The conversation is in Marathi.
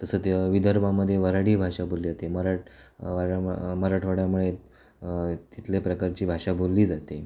तसं ते विदर्भामध्ये वऱ्हाडी भाषा बोलली जाते मरा मराठवाड्यामुळे तिथल्या प्रकारची भाषा बोलली जाते